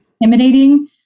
intimidating